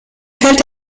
fällt